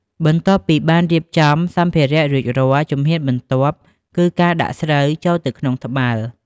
បន្ទាប់ពីបានរៀបចំសម្ភារៈរួចរាល់ ជំហានបន្ទាប់គឺការដាក់ស្រូវចូលទៅក្នុងត្បាល់។